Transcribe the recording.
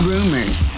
Rumors